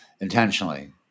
intentionally